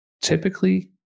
typically